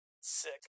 Sick